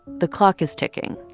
the clock is ticking.